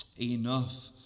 enough